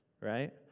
right